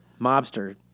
Mobster